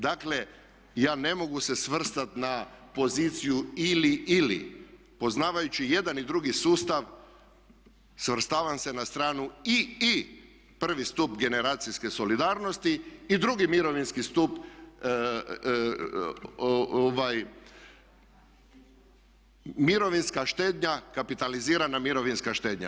Dakle, ja ne mogu se svrstati na poziciju ili-ili, poznavajući jedan i drugi sustav svrstavam se na stranu i-i, prvi stup generacijske solidarnosti i drugi mirovinski stup, mirovinska štednja, kapitalizirana mirovinska štednja.